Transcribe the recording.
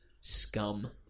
scum